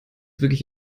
wirklich